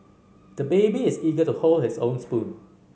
the baby is eager to hold his own spoon